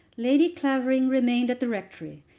lady clavering remained at the rectory,